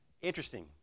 Interesting